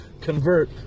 convert